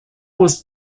was